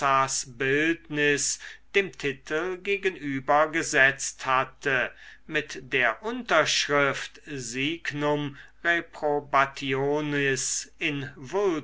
bildnis dem titel gegenüber gesetzt hatte mit der unterschrift signum reprobationis in